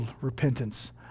repentance